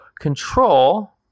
control